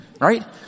right